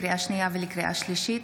לקריאה שנייה ולקריאה שלישית: